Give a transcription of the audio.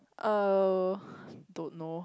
uh don't know